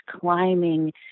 climbing